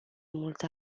multă